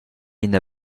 ina